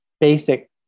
basic